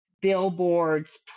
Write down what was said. billboards